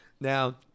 Now